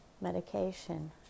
medication